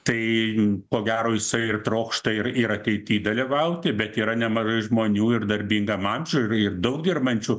tai ko gero jisai ir trokšta ir ir ateity dalyvauti bet yra nemažai žmonių ir darbingam amžiuj ir ir daug dirbančių